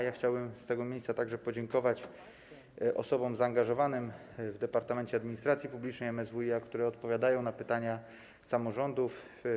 Ja chciałbym z tego miejsca podziękować osobom zaangażowanym w Departamencie Administracji Publicznej MSWiA, które odpowiadają na pytania samorządów.